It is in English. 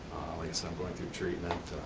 like i said i'm going through treatment.